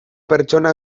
pertsona